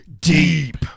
deep